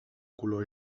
color